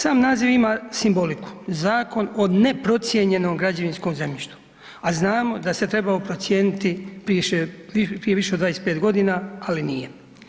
Sam naziv ima simboliku, Zakon o neprocijenjenom građevinskom zemljištu, a znamo da se trebao procijeniti prije više od 25.g., ali nije.